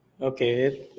Okay